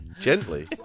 Gently